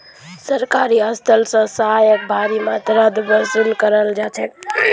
सरकारी स्थल स यहाक भारी मात्रात वसूल कराल जा छेक